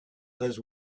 those